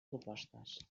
propostes